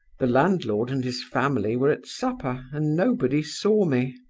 the landlord and his family were at supper, and nobody saw me.